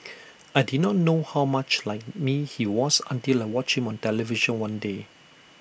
I did not know how much like me he was until like watching on television one day